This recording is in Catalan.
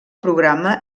programa